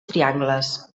triangles